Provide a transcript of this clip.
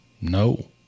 No